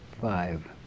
five